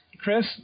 Chris